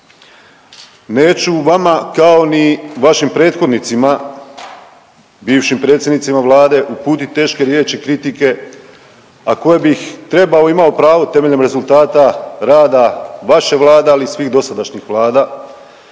Neću vama kao ni vašim prethodnicima bivšim predsjednicima vlade uputiti teške riječi kritike, a koje bih trebao i imao pravo temeljem rezultata rada vaše vlade, ali i svih dosadašnjih vlada